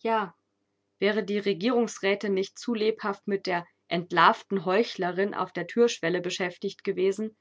ja wäre die regierungsrätin nicht zu lebhaft mit der entlarvten heuchlerin auf der thürschwelle beschäftigt gewesen